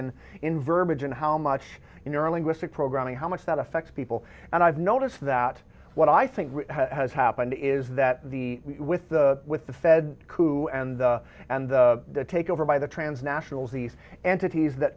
in in verbiage and how much you're a linguistic programming how much that affects people and i've noticed that what i think has happened is that the with the with the fed who and and the takeover by the transnationals these entities that